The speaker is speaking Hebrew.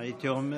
הייתי אומר